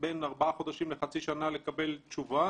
בין ארבעה חודשים לחצי שנה לקבל תשובה